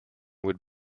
would